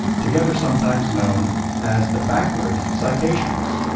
together sometimes known as the backward citations.